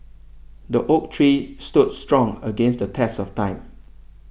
the oak tree stood strong against the test of time